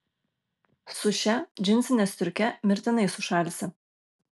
su šia džinsine striuke mirtinai sušalsi